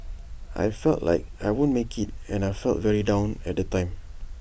I felt like I won't make IT and I felt very down at the time